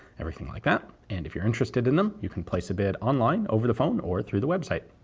everything like that. and if you're interested in them you can place a bid on-line, over the phone, or through the website.